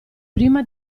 prima